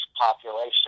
population